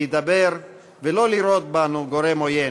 להידבר ולא לראות בנו גורם עוין,